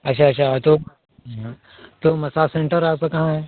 अच्छा अच्छा तो मसाज सेंटर आपका कहाँ है